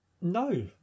No